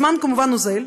הזמן כמובן אוזל.